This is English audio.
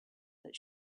that